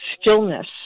stillness